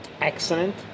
excellent